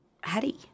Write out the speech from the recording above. Hattie